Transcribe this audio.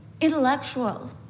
intellectual